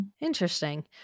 Interesting